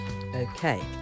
Okay